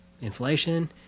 inflation